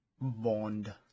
Bond